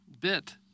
bit